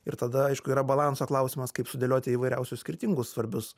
ir tada aišku yra balanso klausimas kaip sudėlioti įvairiausius skirtingus svarbius